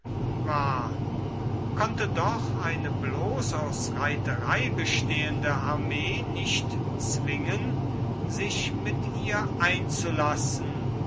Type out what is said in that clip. konnte doch eine bloß aus reiterei bestehende armee nicht zwingen sich mit ihr einzulassen